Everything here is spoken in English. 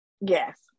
yes